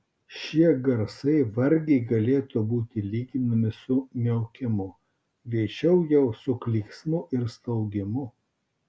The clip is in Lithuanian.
šie garsai vargiai galėtų būti lyginami su miaukimu greičiau jau su klyksmu ar staugimu